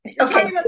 Okay